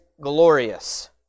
glorious